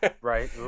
Right